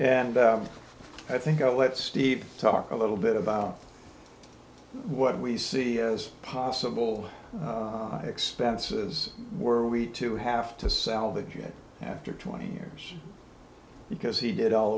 and i think i'll let steve talk a little bit about what we see as possible expenses were we to have to salvage it after twenty years because he did all